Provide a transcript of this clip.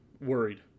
worried